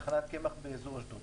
שזאת טחנת קמח באזור אשדוד.